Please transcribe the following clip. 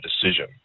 decision